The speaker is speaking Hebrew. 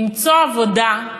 למצוא עבודה,